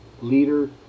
leader